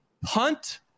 punt